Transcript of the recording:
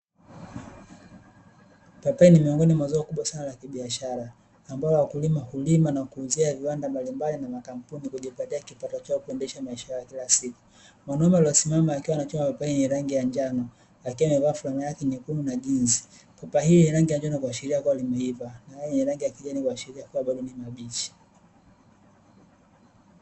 Papai ni miongoni mwa zao kubwa sana la kibiashara, ambalo wakulima hulima na kuuzia viwanda mbalimbali na makampuni, kujipatia kipato chao kuendesha maisha yao ya kila siku. Mwanaume aliyesimama akiwa anachuma mapapai ya rangi ya njano, akiwa amevaa fulana yake nyekundu na jinzi. Papai hili lenye rangi ya njano kuashiria kuwa limeiva, na yale yenye rangi ya kijani kuashiria kuwa ni mabichi.